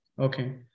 Okay